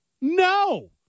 no